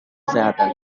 kesehatan